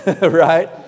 Right